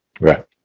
Right